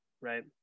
right